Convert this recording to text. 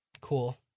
cool